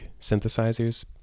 synthesizers